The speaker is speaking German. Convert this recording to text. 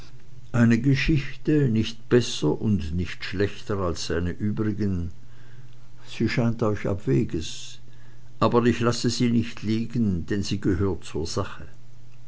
eine geschichte nicht besser und nicht schlechter als seine übrigen sie scheint euch abweges aber ich lasse sie nicht liegen denn sie gehört zur sache